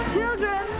Children